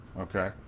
okay